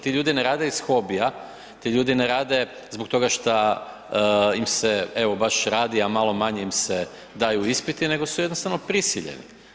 Ti ljudi ne rade iz hobija, ti ljudi ne rade zbog toga šta im se evo baš radi, a malo manje im se daju ispiti nego su jednostavno prisiljeni.